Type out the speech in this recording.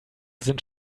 sind